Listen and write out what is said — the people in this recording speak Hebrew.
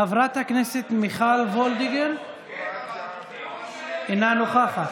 חברת הכנסת מיכל וולדיגר, אינה נוכחת.